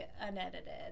unedited